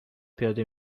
پیاده